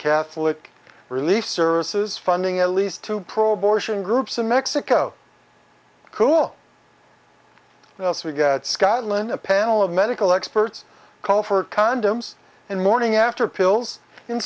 catholic relief services funding at least two pro abortion groups in mexico cool else we've got scotland a panel of medical experts call for condoms and morning after pills in